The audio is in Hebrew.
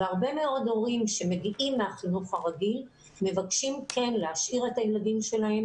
הרבה מאוד הורים שמגיעים מהחינוך הרגיל מבקשים כן להשאיר את הילדים שלהם